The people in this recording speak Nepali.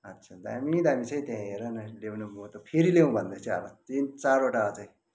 आच्छा दामी दामी छ है त्यहाँ हेर न ल्याउनु म त फेरि ल्याउँ भन्दैछु अब तिन चारवटा अझै